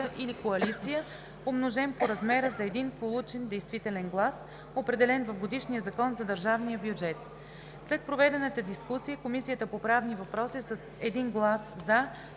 или коалиция, умножен по размера за един получен действителен глас, определен в годишния закон за държавния бюджет. След проведената дискусия Комисията по правни въпроси с 1 глас „за”,